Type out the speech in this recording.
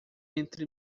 entre